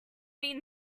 mean